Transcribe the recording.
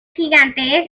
gigante